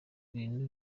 bintu